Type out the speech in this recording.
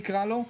נקרא לו,